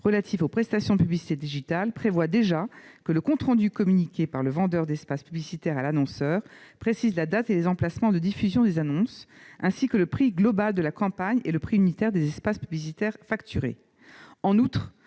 relatif aux prestations de publicité digitale prévoit déjà que le compte rendu communiqué par le vendeur d'espace publicitaire à l'annonceur précise la date et les emplacements de diffusion des annonces, ainsi que le prix global de la campagne et le prix unitaire des espaces publicitaires facturés. En outre,